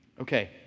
Okay